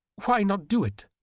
why not do it,